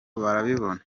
barabibona